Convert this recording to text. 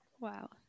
Wow